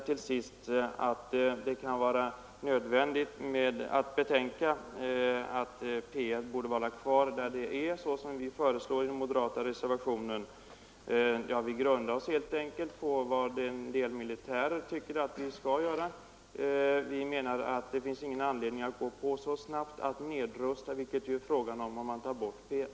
Till sist: Det kan vara nödvändigt att betänka att P I borde vara kvar på sin nuvarande plats, såsom vi föreslår i den moderata reservationen. Vi grundar oss helt enkelt på vad en del militärer anser, och vi menar att det finns ingen anledning att gå på så snabbt med en nedrustning, vilket det ju är fråga om när man tar bort P 1.